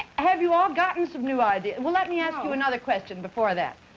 have you all gotten some new ideas? let me ask you another question before that.